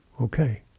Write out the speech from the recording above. okay